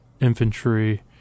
infantry